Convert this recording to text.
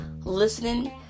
listening